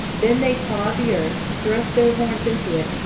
then they pawed the earth, thrust their horns into it,